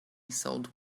sold